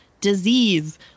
disease